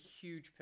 huge